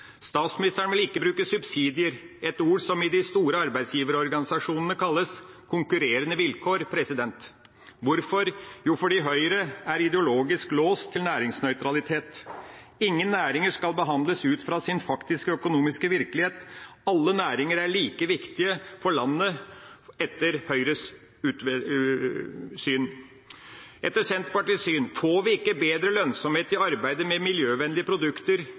Statsministeren vil ikke bruke «subsidier» – et ord som i de store arbeidsgiverorganisasjonene kalles konkurrerende vilkår. Hvorfor? Jo, fordi Høyre er ideologisk låst til næringsnøytralitet. Ingen næringer skal behandles ut fra sin faktiske økonomiske virkelighet. Alle næringer er like viktige for landet, etter Høyres syn. Etter Senterpartiets syn får vi ikke bedre lønnsomhet i arbeidet med miljøvennlige produkter